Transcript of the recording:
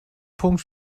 punkt